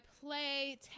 play